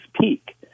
peak